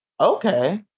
Okay